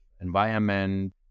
environment